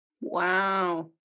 Wow